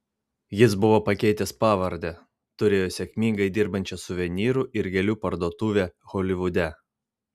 jis buvo pakeitęs pavardę turėjo sėkmingai dirbančią suvenyrų ir gėlių parduotuvę holivude